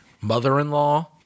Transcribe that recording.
Mother-in-law